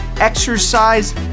exercise